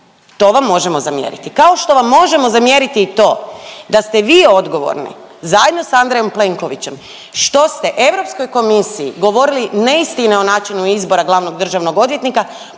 To vam možemo zamjeriti, kao što vam možemo zamjeriti i to da ste vi odgovorni zajedno s Andrejom Plenkovićem što ste Europskoj komisiji govorili neistine o načinu izbora glavnog državnog odvjetnika